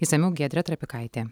išsamiau giedrė trapikaitė